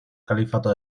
califato